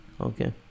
okay